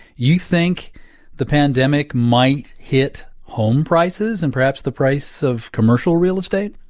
you think the pandemic might hit home prices and perhaps the price of commercial real estate?